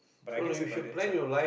but I guess If i did some